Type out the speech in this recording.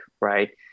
right